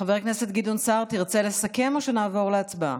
חבר הכנסת גדעון סער, תרצה לסכם או שנעבור להצבעה?